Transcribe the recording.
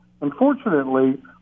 Unfortunately